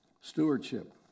Stewardship